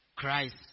Christ